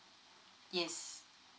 yes